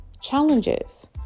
challenges